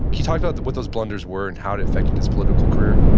you talk about what those blunders were and how it affected his political career?